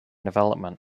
development